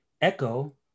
Echo